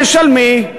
תשלמי.